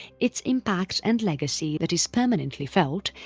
its impact and legacy that is permanently felt,